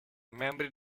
membri